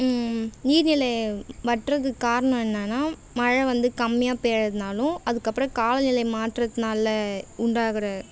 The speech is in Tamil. ம் நீர்நிலை வற்றதுக்கு காரணம் என்னென்னா மழை வந்து கம்மியாக பெய்கிறதுனாலும் அதுக்கப்புறம் காலநிலை மாற்றத்துனால் உண்டாகிற